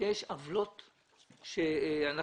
שיש עוולות שנחוש.